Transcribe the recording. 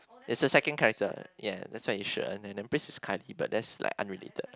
it's a second character ya that's why it's shi and then but that's like unrelated